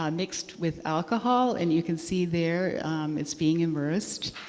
um mixed with alcohol. and you can see there it's being immersed.